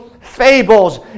fables